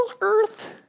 earth